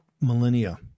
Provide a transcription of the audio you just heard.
millennia